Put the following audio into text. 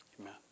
Amen